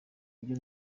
ibyo